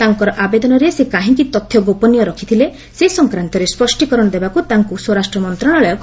ତାଙ୍କର ଆବେଦନରେ ସେ କାହିଁକି ତଥ୍ୟ ଗୋପନୀୟ ରଖିଥିଲେ ସେ ସଂକ୍ରାନ୍ତରେ ସ୍ୱଷ୍ଟୀକରଣ ଦେବାକୁ ତାଙ୍କୁ ସ୍ୱରାଷ୍ଟ୍ର ମନ୍ତ୍ରଣାଳୟ କହିଛି